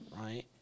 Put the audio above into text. Right